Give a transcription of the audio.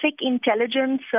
intelligence